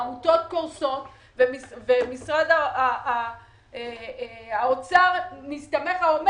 עמותות קורסות, ומשרד האוצר אומר: